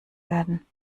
werden